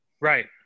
Right